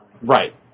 right